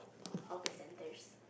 hawker centres